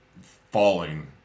falling